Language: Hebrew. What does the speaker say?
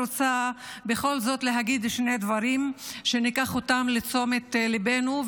ואני רוצה בכל זאת להגיד שני דברים שניקח לתשומת ליבנו.